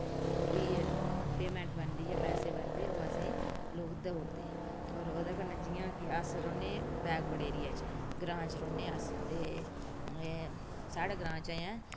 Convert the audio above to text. ओह्दी पेमैंट बनदी जां पैसे बनदे ओह् असेंगी लोग देई ओड़दे होर ओह्दे कन्नै जियां कि अस रौह्ने बैकवर्ड एरिये च ग्रांऽ च रौह्न्ने अस ते साढ़े ग्रांऽ च अजें